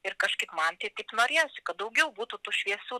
ir kažkaip man tai taip norėjosi kad daugiau būtų tų šviesių